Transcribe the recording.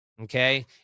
okay